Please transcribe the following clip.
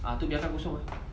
itu biarkan kosong